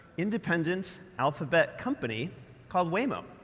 independent alphabet company called waymo.